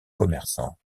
commerçants